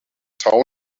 town